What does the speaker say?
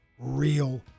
Real